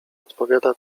odpowiada